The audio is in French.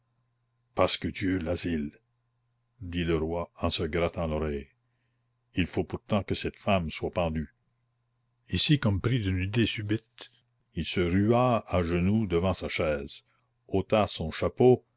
pasque dieu l'asile dit le roi en se grattant l'oreille il faut pourtant que cette femme soit pendue ici comme pris d'une idée subite il se rua à genoux devant sa chaise ôta son chapeau